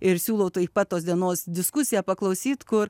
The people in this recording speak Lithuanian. ir siūlau taip pat tos dienos diskusiją paklausyt kur